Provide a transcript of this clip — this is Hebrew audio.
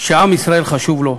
שעם ישראל חשוב לו,